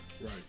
Right